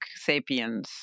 Sapiens